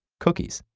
cookies.